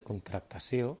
contractació